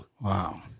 Wow